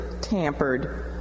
tampered